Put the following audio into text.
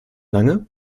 lange